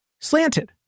slanted